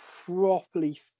properly